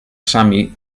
sami